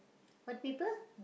what people